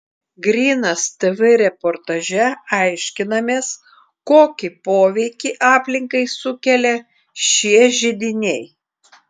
grynas tv reportaže aiškinamės kokį poveikį aplinkai sukelia šie židiniai